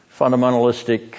fundamentalistic